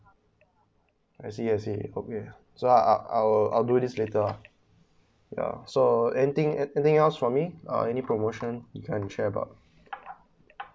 I see I see okay so I I I will I will do this later uh ya so anything anything else for me uh any promotion you can share about